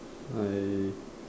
I